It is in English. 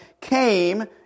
came